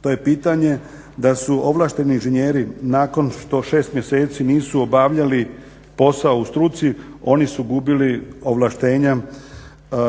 to je pitanje da su ovlašteni inženjeri nakon što 6 mjeseci nisu obavljali posao u struci oni su gubili ovlaštenja